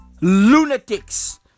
lunatics